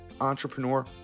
entrepreneur